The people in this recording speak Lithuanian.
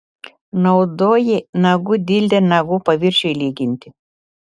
naudoji nagų dildę nagų paviršiui lyginti